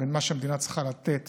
בין מה שהמדינה צריכה לתת